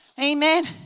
Amen